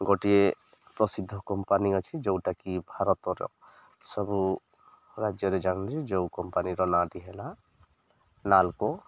ଗୋଟିଏ ପ୍ରସିଦ୍ଧ କମ୍ପାନୀ ଅଛି ଯେଉଁଟାକି ଭାରତର ସବୁ ରାଜ୍ୟରେ ଜାଣୁନି ଯେଉଁ କମ୍ପାନୀର ନା ଟି ହେଲା ନାଲକୋ